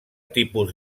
tipus